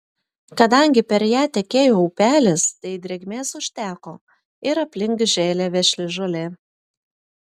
kadangi per ją tekėjo upelis tai drėgmės užteko ir aplink žėlė vešli žolė